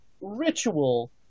ritual